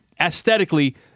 aesthetically